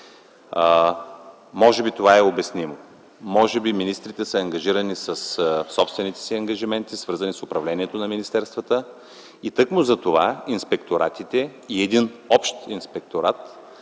може би е обяснимо, може би министрите са ангажирани със собствените си ангажименти, свързани с управлението на министерствата. Тъкмо затова инспекторатите или един общ инспекторат